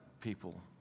people